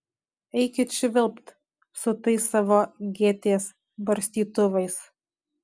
eikit švilpt su tais savo gėtės barstytuvais